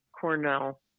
Cornell